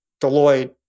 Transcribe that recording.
Deloitte